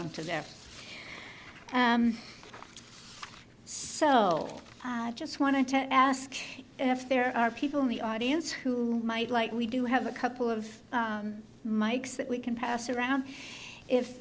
on to their souls i just wanted to ask if there are people in the audience who might like we do have a couple of mikes that we can pass around if